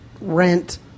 rent